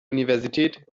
universität